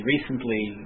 recently